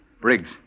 Briggs